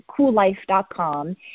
coollife.com